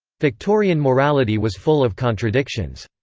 victorian morality was full of contradictions.